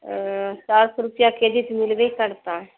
سات سو روپیہ کے جی تو ملبے ہی کرتا ہے